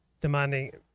demanding